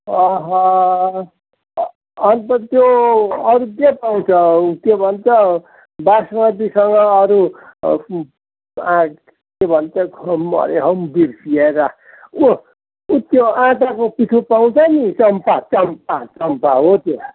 आहा अ अन्त त्यो अरू के पाउँछ के भन्छ बासमतीसँग अरू के भन्छ मरेँ हौ बिर्सिएर उ उ त्यो आँटाको पिठो पाउँछ नि चम्पा चम्पा चम्पा हो त्यो